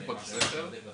חיכיתי בתור.